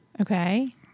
Okay